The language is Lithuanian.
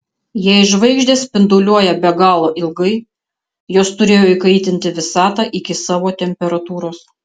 jei žvaigždės spinduliuoja be galo ilgai jos turėjo įkaitinti visatą iki savo temperatūros